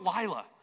Lila